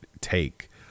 take